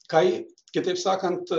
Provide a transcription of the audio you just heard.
kai kitaip sakant